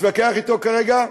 מתווכח אתו כרגע,